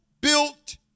built